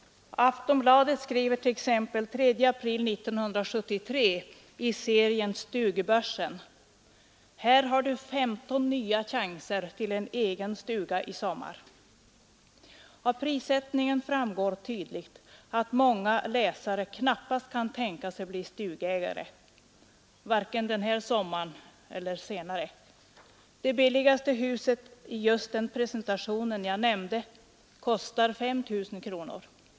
Aftonbladet skriver t.ex. den 3 april 1973 i serien Stugbörsen: ”Här har du 15 nya chanser till en egen stuga i sommar.” Av prissättningen framgår tydligt att många läsare knappast kunde tänka sig att bli stugägare — varken den här sommaren eller senare. Det billigaste huset i just den presentation jag nämnde kostar 5 000 kronor.